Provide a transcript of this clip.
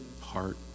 heart